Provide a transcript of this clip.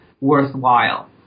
worthwhile